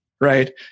right